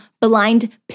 blind